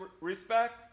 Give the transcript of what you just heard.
respect